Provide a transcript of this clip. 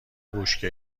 بشکه